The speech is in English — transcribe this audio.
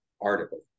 article